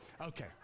Okay